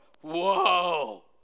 whoa